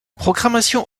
programmation